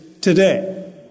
today